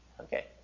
Okay